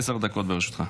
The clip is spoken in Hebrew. עשר דקות לרשותך.